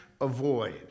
avoid